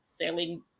sailing